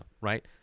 right